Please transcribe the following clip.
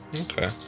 Okay